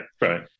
right